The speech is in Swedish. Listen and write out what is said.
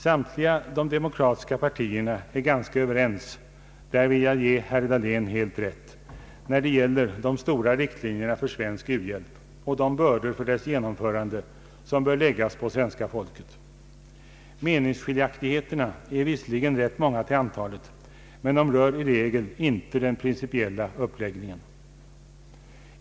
Samtliga de demokratiska partierna är ganska överens — där vill jag ge herr Dahlén rätt — när det gäller de stora riktlinjerna för svensk u-hjälp och de bördor för dess genomförande som bör läggas på svenska folket. Meningsskiljaktigheterna är = visserligen rätt många till antalet, men de rör i regel inte den principiella uppläggningen.